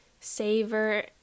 savor